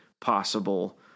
possible